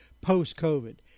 post-COVID